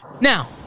Now